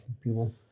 people